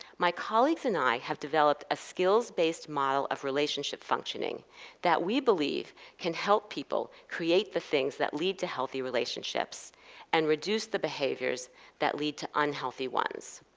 my colleagues and i have developed a skills based model of relationship functioning that we believe can help people create the things that lead to healthy relationships and reduce the behaviors that lead to unhealthy ones.